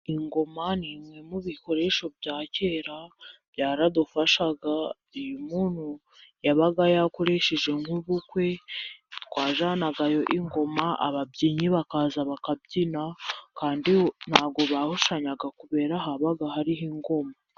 Ingoma ni imwe mu bikoresho bya kera, byaradufashaga, iyo umuntu yabaga yakoresheje nk'ubukwe, twajyanagayo ingoma, ababyinnyi bakaza bakabyina, ntabwo bahushanyaga kubera habaga hari ingoma.